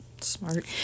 smart